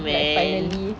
like finally